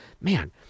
Man